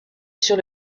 sur